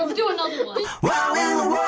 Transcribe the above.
ah do another one wow